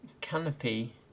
Canopy